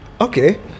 okay